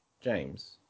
James